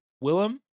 Willem